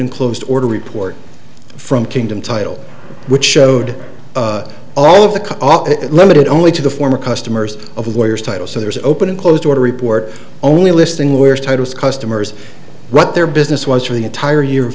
closed order report from kingdom title which showed all of the limited only to the former customers of lawyers title so there's open and closed door to report only listing where titles customers what their business was for the entire year